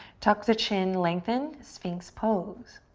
tuck the chin, lengthen, sphinx pose.